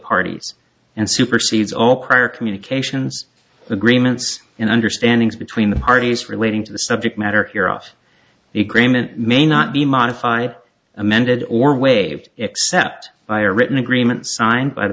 parties and supersedes all prior communications agreements and understanding between the parties relating to the subject matter here off the agreement may not be modified amended or waived except by a written agreement signe